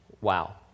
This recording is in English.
Wow